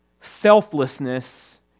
selflessness